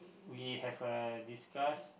we have a discuss